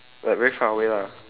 like very far away lah